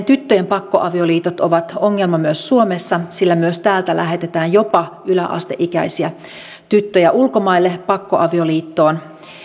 tyttöjen pakkoavioliitot ovat ongelma myös suomessa sillä myös täältä lähetetään jopa yläasteikäisiä tyttöjä ulkomaille pakkoavioliittoon